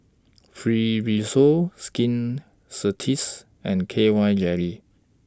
Fibrosol Skin Ceuticals and K Y Jelly